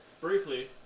Briefly